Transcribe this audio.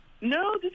No